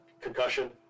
concussion